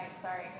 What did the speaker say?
sorry